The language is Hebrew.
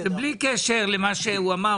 ובלי קשר למה שהוא אמר.